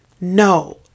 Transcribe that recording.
No